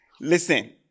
Listen